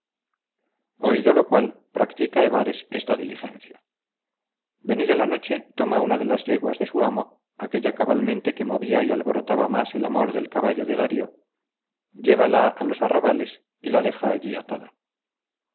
oído lo cual practica ebares esta diligencia venida la noche toma una de las yeguas de su amo aquella cabalmente que movía y alborotaba más el amor del caballo de darío llévala a los arrabales y la deja allí atada